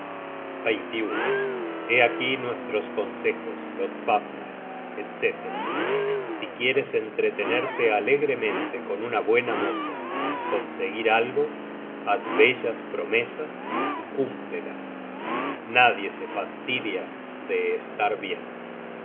hé aquí nuestros consejos lodfafner etc si quieres entretenerte alegremente con una buena moza y conseguir algo haz bellas promesas y cúmplelas nadie se fastidia de estar bien